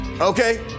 okay